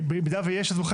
במידה ויש את המנגנון,